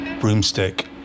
Broomstick